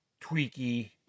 tweaky